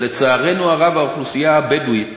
ולצערנו הרב האוכלוסייה הבדואית